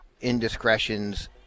indiscretions